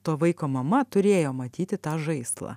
to vaiko mama turėjo matyti tą žaislą